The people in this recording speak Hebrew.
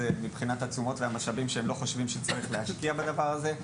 מבחינת התשומות והמשאבים שהם לא חושבים שצריך להשקיע בדבר הזה.